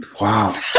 Wow